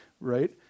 right